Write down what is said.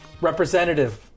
Representative